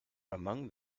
among